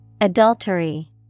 Adultery